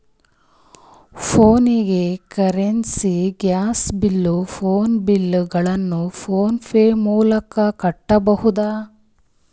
ಫೋನಿಗೆ currency, gas bill, phone bill ಗಳನ್ನು PhonePe ಮೂಲಕ ಕಟ್ಟಬಹುದೇನ್ರಿ?